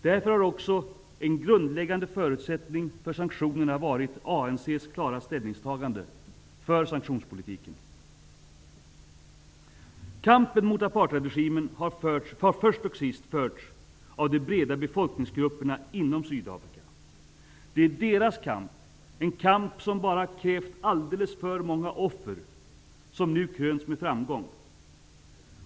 Därför har också en grundläggande förutsättning för sanktionerna varit ANC:s klara ställningstagande för sanktionspolitiken. Kampen mot apartheidregimen har först och sist försts av de breda befolkningsgrupperna inom Sydafrika. Det är deras kamp -- en kamp som krävt alldeles för många offer -- som nu krönts med framgång.